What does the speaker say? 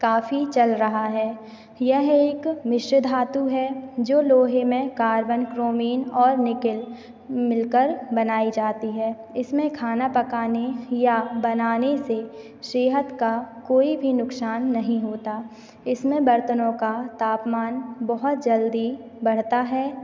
काफ़ी चल रहा है यह एक मिश्रधातु है जो लोहे में कार्बन क्रोमिन और निकेल मिलकर बनाई जाती है इसमें खाना पकाने या बनाने से सेहत का कोई भी नुकसान नहीं होता इसमें बर्तनों का तापमान बहुत जल्दी बढ़ता है